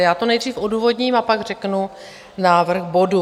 Já to nejdřív odůvodním a pak řeknu návrh bodu.